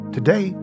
Today